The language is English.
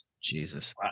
Jesus